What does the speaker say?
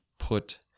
put